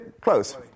Close